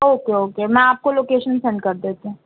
okay okay میں آپ کو لوکیشن سینڈ کر دیتی ہوں